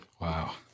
wow